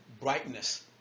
brightness